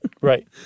Right